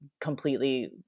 completely